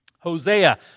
Hosea